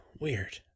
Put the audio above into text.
weird